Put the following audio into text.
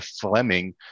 Fleming